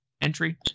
entry